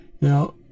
Now